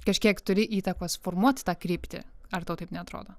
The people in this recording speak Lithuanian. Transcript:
kažkiek turi įtakos formuot tą kryptį ar tau taip neatrodo